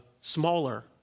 smaller